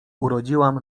urodziłam